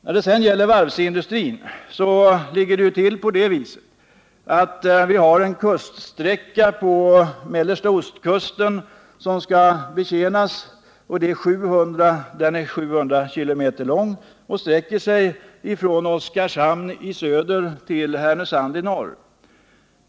När det gäller varvsindustrin ligger det ju till på det viset att vi har en kuststräcka på mellersta ostkusten som skall betjänas. Den är 700 km lång och sträcker sig från Oskarshamn i söder till Härnösand i norr.